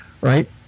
Right